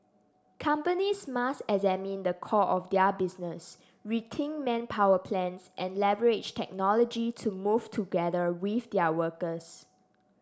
companies must examine the core of their business rethink manpower plans and leverage technology to move together with their workers